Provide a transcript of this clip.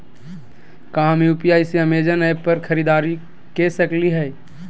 का हम यू.पी.आई से अमेजन ऐप पर खरीदारी के सकली हई?